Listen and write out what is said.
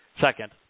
Second